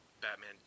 Batman